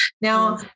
Now